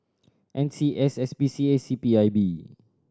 N C S S P C A C P I B